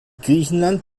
griechenland